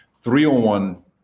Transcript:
Three-on-one